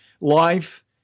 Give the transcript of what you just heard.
life